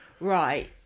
Right